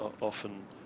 often